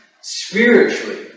spiritually